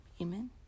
amen